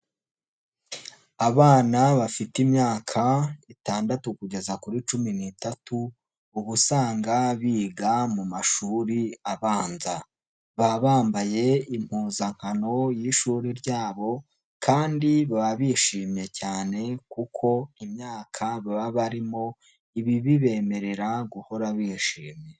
Abana bafite imyaka itandatu kugeza kuri cumi n'tatu, ubu usanga biga mu mashuri abanza, baba bambaye impuzankano y'ishuri ryabo kandi baba bishimye cyane kuko imyaka baba barimo iba ibibemerera guhora bishimye.